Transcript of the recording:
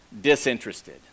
disinterested